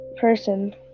person